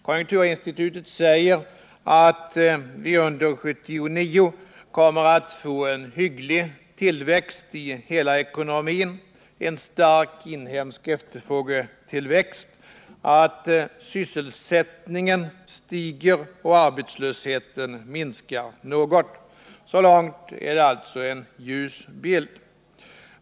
Konjunkturinstitutet säger att vi under 1979 kommer att få en hygglig tillväxt i hela ekonomin, en stark inhemsk efterfrågetillväxt samt en hög import och export och att sysselsättningen stiger och arbetslösheten minskar något. Så långt alltså en ljus bild.